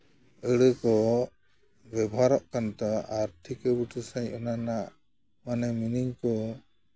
ᱟᱹᱲᱟᱹ ᱠᱚ ᱵᱮᱵᱷᱟᱨᱚᱜ ᱠᱟᱱᱛᱚ ᱟᱨ ᱴᱷᱤᱠᱟᱹ ᱵᱩᱴᱟᱹ ᱥᱟᱺᱦᱤᱡ ᱚᱱᱟ ᱨᱮᱱᱟᱜ ᱢᱟᱱᱮ ᱢᱤᱱᱤᱝ ᱠᱚ